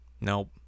Nope